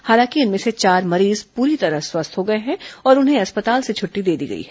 हालांकि इनमें से चार मरीज पूरी तरह स्वस्थ हो गए हैं और उन्हें अस्पताल से छुट्टी दे दी गई है